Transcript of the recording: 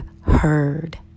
heard